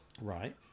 Right